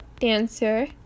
dancer